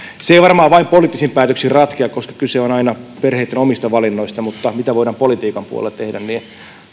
se ei varmaan vain poliittisin päätöksin ratkea koska kyse on aina perheitten omista valinnoista mutta mitä voidaan politiikan puolella tehdä niin